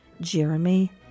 Jeremy